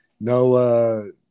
no